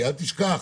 אל תשכח